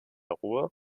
ruhr